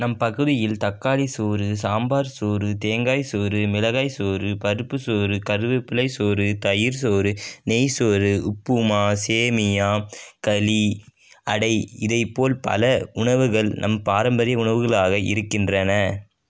நம் பகுதியில் தக்காளி சோறு சாம்பார் சோறு தேங்காய் சோறு மிளகாய் சோறு பருப்பு சோறு கருவேப்பிலை சோறு தயிர் சோறு நெய் சோறு உப்புமா சேமியா களி அடை இதை போல் பல உணவுகள் நம் பாரம்பரிய உணவுகளாக இருக்கின்றன